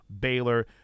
Baylor